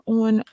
on